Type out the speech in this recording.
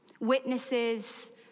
Witnesses